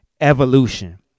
evolution